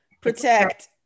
Protect